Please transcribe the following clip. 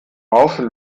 rauschen